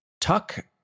tuck